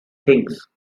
things